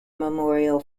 memorial